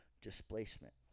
displacement